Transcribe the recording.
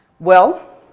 well,